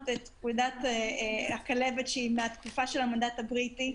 את פקודת הכלבת שהיא מתקופת המנדט הבריטי.